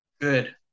good